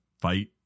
fight